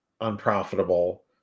unprofitable